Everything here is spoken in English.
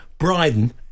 Bryden